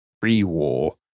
pre-war